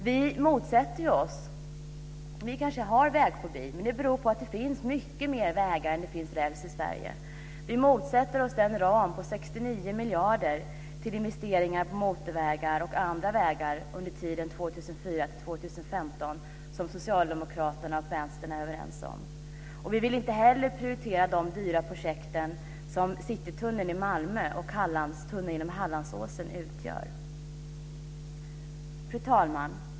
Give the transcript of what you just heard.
Vi motsätter oss - vi kanske har vägfobi, men det beror på att det finns mycket mer vägar än det finns räls i Sverige - den ram på 69 miljarder till investeringar i motorvägar och andra vägar under tiden 2004-2015 som Socialdemokraterna och Vänstern är överens om. Vi vill inte heller prioritera de dyra projekt som Citytunneln i Malmö och tunneln genom Fru talman!